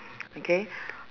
okay